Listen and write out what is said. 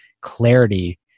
clarity